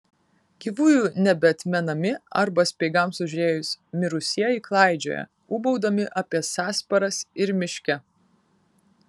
gyvųjų nebeatmenami arba speigams užėjus mirusieji klaidžioja ūbaudami apie sąsparas ir miške